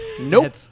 nope